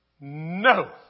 no